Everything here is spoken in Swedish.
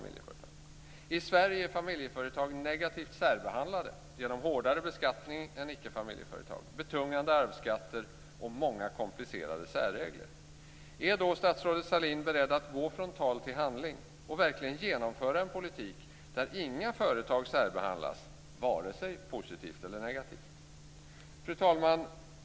I Sverige är familjeföretag negativt särbehandlade genom hårdare beskattning än för icke familjeföretag, betungande arvsskatter och många komplicerade särregler. Är statsrådet Sahlin beredd att gå från tal till handling och verkligen genomföra en politik där inga företag särbehandlas, varken positivt eller negativt? Fru talman!